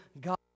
God